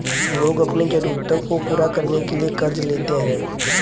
लोग अपनी ज़रूरतों को पूरा करने के लिए क़र्ज़ लेते है